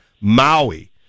Maui